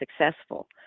successful